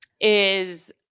is-